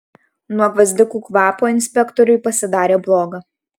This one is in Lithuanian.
nuo gvazdikų kvapo inspektoriui pasidarė bloga